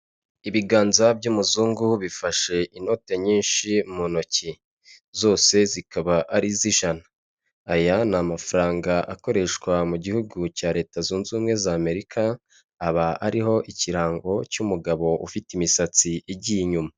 Ibiganza by'umuzungu bifashe inote nyinshi mu ntoki zose, zikaba zijana aya n'amafaranga akoreshwa mu gihugu cya Leta Zunze Ubumwe za Amerika. Hakaba hariho ikirango cy'umugabo ufite imisatsi igiye inyuma.